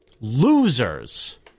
Losers